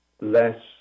less